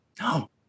No